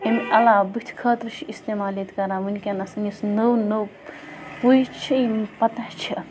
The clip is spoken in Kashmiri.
اَمہِ علاوٕ بٕتھِ خٲطرٕ چھِ اِستعمال ییٚتہِ کَران وٕنۍکٮ۪نَس یُس نٔو نٔو پُے چھِ یِمَن پَتَہ چھِ